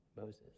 Moses